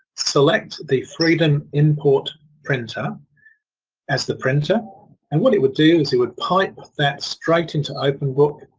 select the freedom import printer as the printer and what it would do is it would pipe that straight into openbook